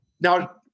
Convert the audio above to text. Now